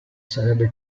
sarebbe